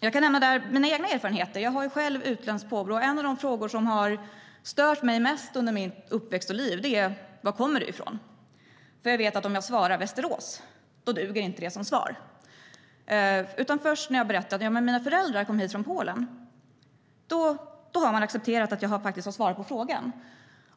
Jag kan där nämna mina egna erfarenheter. Jag har ju själv utländskt påbrå, och en av de frågor som har stört mig mest under min uppväxt och mitt liv är var jag kommer ifrån. Jag vet nämligen att det inte duger som svar om jag säger Västerås, utan först när jag berättar att mina föräldrar kom hit från Polen har man accepterat att jag har svarat på frågan.